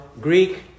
Greek